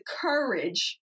courage